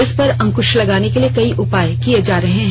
इस पर अंकृश लगाने के लिए कई उपाय किये जा रहे हैं